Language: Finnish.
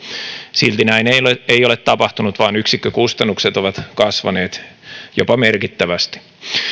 silti näin ei ole ei ole tapahtunut vaan yksikkökustannukset ovat kasvaneet jopa merkittävästi